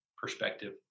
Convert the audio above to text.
perspective